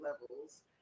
levels